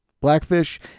Blackfish